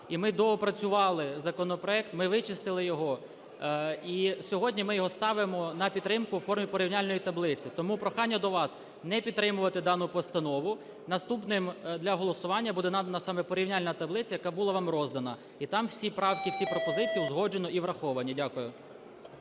І ми доопрацювали законопроект, ми вичистили його. І сьогодні ми його ставимо на підтримку у формі порівняльної таблиці. Тому прохання до вас не підтримувати дану постанову. Наступною для голосування буде надано саме порівняльну таблицю, яка була вам роздана. І там всі правки, всі пропозиції узгоджено і враховано. Дякую.